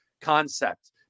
concept